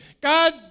God